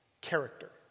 character